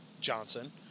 Johnson